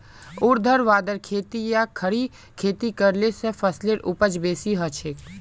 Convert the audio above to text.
ऊर्ध्वाधर खेती या खड़ी खेती करले स फसलेर उपज बेसी हछेक